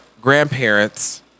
grandparents